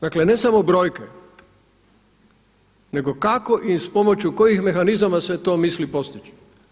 Dakle ne samo brojke nego kako i uz pomoću kojih mehanizama se to misli postići?